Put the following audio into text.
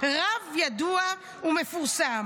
רב ידוע ומפורסם.